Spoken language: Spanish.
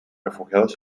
refugiados